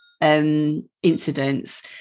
incidents